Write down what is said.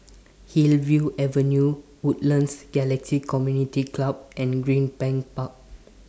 Hillview Avenue Woodlands Galaxy Community Club and Greenbank Park